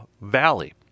valley